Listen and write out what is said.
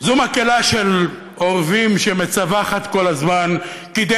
זו מקהלה של עורבים שמצווחת כל הזמן כדי